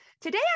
Today